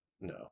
No